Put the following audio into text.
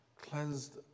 cleansed